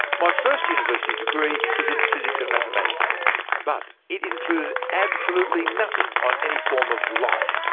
my first university degree was in physics and mathematics but it included absolutely nothing on any form of life,